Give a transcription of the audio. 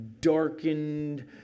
darkened